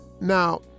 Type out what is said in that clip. Now